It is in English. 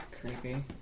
Creepy